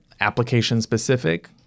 application-specific